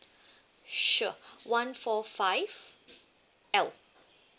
sure one four five L